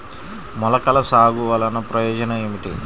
మొలకల సాగు వలన ప్రయోజనం ఏమిటీ?